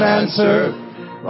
answer